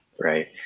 Right